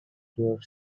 your